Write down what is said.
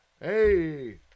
Hey